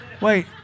Wait